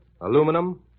aluminum